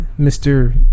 Mr